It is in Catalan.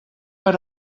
per